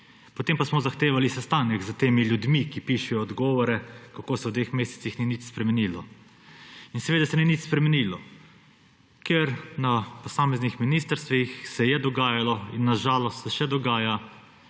Potem pa smo zahtevali sestanek s temi ljudmi, ki pišejo odgovore, kako se v dveh mesecih ni nič spremenilo. In seveda se ni nič spremenilo, ker na posameznih ministrstvih se je dogajalo, in na žalost se še dogaja,